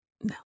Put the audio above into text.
no